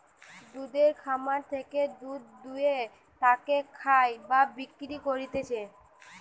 দুধের খামার থেকে দুধ দুয়ে তাকে খায় বা বিক্রি করতিছে